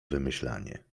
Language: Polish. wymyślanie